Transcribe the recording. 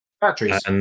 Batteries